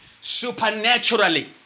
supernaturally